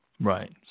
Right